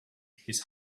his